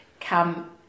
come